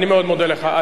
אני מאוד מודה לך.